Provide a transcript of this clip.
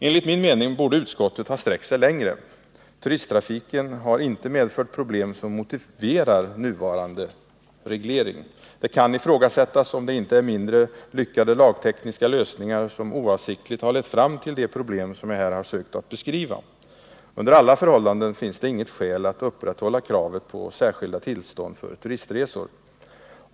Enligt min mening borde utskottet ha sträckt sig längre. Turisttrafiken har inte medfört problem som motiverar nuvarande reglering. Det kan ifrågasättas om det inte är mindre lyckade lagtekniska lösningar som oavsiktligt har lett fram till de problem som jag här sökt beskriva. Under alla förhållanden finns det inget skäl att upprätthålla kravet på särskilda tillstånd för turistresor.